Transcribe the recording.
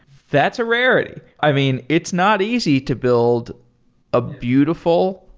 that's a rarity. i mean, it's not easy to build a beautiful,